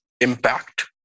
impact